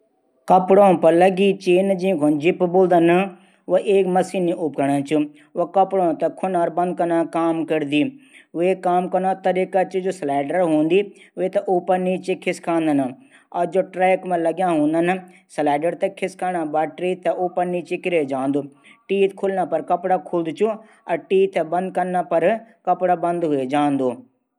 कपडों पर लगी चेन जिंकुण जिप भी बुलदन वह भी एक मसीनी उपकरण च व कपडो थै खुलदी और बंद करदी वे मा एक स्लाइडर हूद ऊब एंच खिसकांदा और टरैक मा ल्गयां हूदन और फिर टीथ थे उब ताल खिसकांदा। उब कन मा बःद हव्वे जांदू और ताल कन मा खुल जांदू।